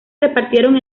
repartieron